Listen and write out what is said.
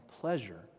pleasure